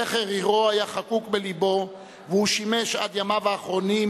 זכר עירו היה חקוק בלבו והוא שימש עד ימיו האחרונים